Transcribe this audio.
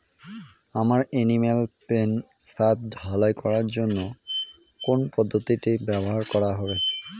আমার animal pen ছাদ ঢালাই করার জন্য কোন পদ্ধতিটি ব্যবহার করা হবে?